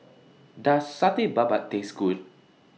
Does Satay Babat Taste Good